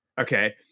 Okay